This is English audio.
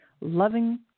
loving